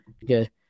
Good